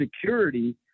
security